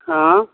हँऽ